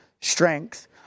strength